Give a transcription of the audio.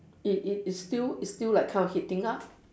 it it it's still it's still like kind of heating up